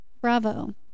bravo